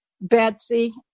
Betsy